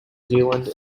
zealand